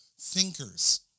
thinkers